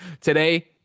today